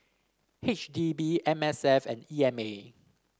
H D B M S F and E M A